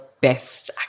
best